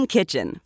Kitchen